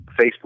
Facebook